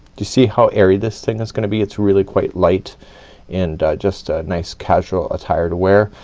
do see how airy this thing is gonna be? it's really quite light and just a nice casual attire to wear.